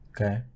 okay